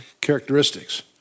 characteristics